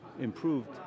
improved